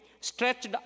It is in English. stretched